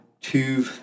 two